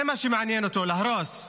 זה מה שמעניין אותו, להרוס,